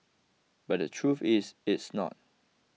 but the truth is it's not